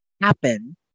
happen